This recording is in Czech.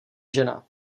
žena